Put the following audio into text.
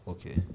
Okay